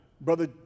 brother